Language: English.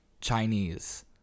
chinese